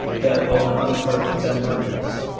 deb olin unferth, ben marcus.